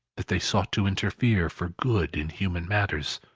that they sought to interfere, for good, in human matters,